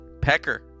Pecker